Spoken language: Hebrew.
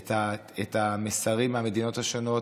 את המסרים מהמדינות השונות,